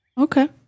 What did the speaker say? Okay